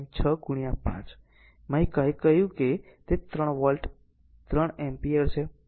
6 5 મેં કહ્યું કે તે 3 વોલ્ટ 3 એમ્પીયર છે